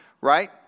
Right